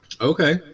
Okay